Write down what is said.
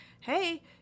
hey